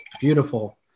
Beautiful